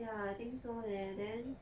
yeah I think so leh then